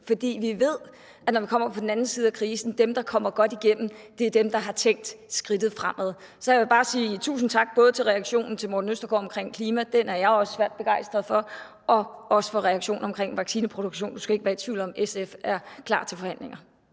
for vi ved, at når vi kommer på den anden side af krisen, er dem, der kommer godt igennem, dem, der har tænkt skridtet fremad. Så jeg vil bare sige tusind tak, både for reaktionen over for Morten Østergaard om klima – den er jeg også svært begejstret for – og for reaktionen omkring vaccineproduktion. Du skal ikke være i tvivl om, at SF er klar til forhandlinger.